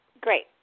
Great